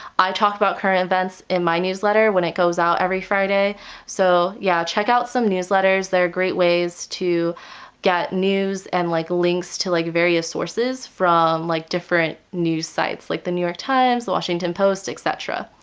i talk about current events in my newsletter when it goes out every friday so yeah, check out some newsletters, they're great ways to get news and like links to like various sources from like different news sites like the new york times, washington post, etc.